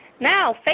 Now